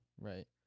Right